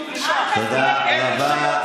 תודה רבה.